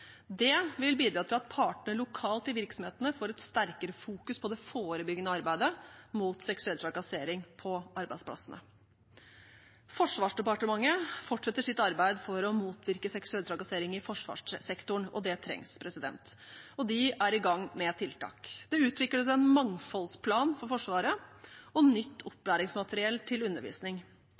Det vil bidra til at partene lokalt i virksomhetene får et sterkere fokus på det forebyggende arbeidet mot seksuell trakassering på arbeidsplassen. Forsvarsdepartementet fortsetter sitt arbeid for å motvirke seksuell trakassering i forsvarssektoren, og det trengs. De er i gang med tiltak. Det utvikles en mangfoldsplan for Forsvaret og nytt opplæringsmateriell til undervisning.